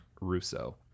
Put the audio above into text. russo